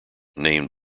named